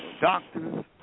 doctors